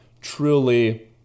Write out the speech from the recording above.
truly